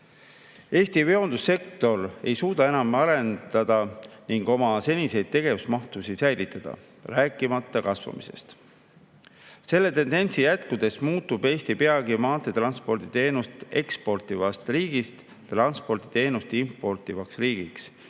Eesti veondussektor ei suuda enam areneda ning oma seniseidki tegevusmahtusid säilitada, rääkimata kasvamisest. Selle tendentsi jätkudes muutub Eesti peagi maanteetransporditeenust eksportivast riigist transporditeenust importivaks riigiks